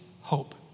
hope